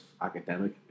academic